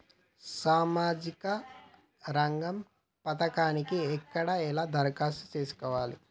సామాజిక రంగం పథకానికి ఎక్కడ ఎలా దరఖాస్తు చేసుకోవాలి?